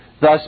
thus